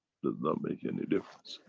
does not make any difference.